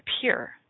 appear